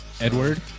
Edward